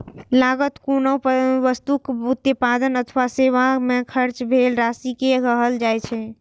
लागत कोनो वस्तुक उत्पादन अथवा सेवा मे खर्च भेल राशि कें कहल जाइ छै